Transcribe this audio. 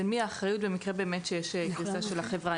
על מי האחריות במקרה שיש קריסה של החברה?